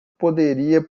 poderia